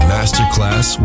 Masterclass